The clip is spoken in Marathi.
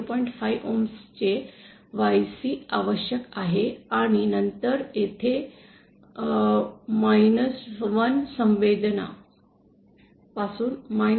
5 ohms चे YC आवश्यक आहे आणि नंतर येथे 1 संवेदना पासून 0